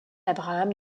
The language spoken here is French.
abraham